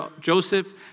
Joseph